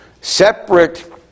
separate